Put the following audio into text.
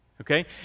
okay